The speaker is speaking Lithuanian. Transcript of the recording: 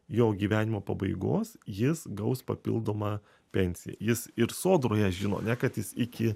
jo gyvenimo pabaigos jis gaus papildomą pensiją jis ir sodroje žino ane kad jis iki